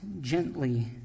gently